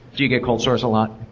do you get cold sores a lot?